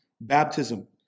baptism